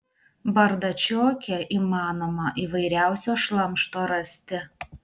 bardačioke įmanoma įvairiausio šlamšto rasti